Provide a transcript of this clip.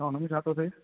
अच्छा हुन में छा थो थिए